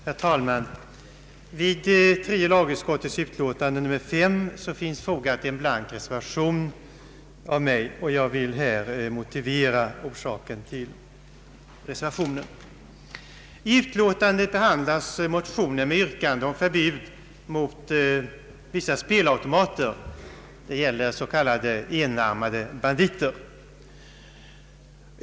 Herr talman! Vid tredje lagutskottets utlåtande nr 5 har fogats en blank reservation av mig och herr Tobé, och jag vill här motivera varför jag reserverat mig. I utlåtandet behandlas motioner med yrkande om förbud mot vissa spelautomater, s.k. enarmade banditer.